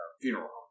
funeral